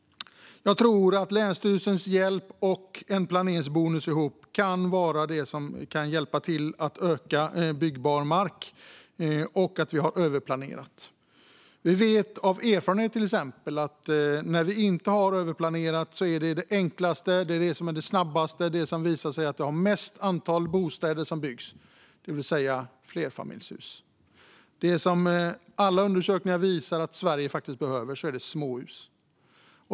Jag tror att länsstyrelsernas hjälp och en planeringsbonus kan göra att den byggbara marken ökar. Det handlar också om att överplanera. Vi vet av erfarenhet till exempel att man gör det enklaste när man inte har överplanerat. Det handlar om det som går snabbast. De flesta bostäder som byggs är nämligen flerfamiljshus. Det som alla undersökningar visar är att Sverige faktiskt behöver småhus.